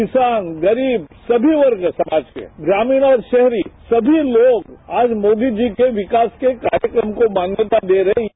किसान गरीब सभी वर्ण समाज के ग्रामीण और शहरी सभी लोग आज मोदी जी के विकास के कार्यक्रम को मान्यता दे रहे हैं